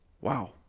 Wow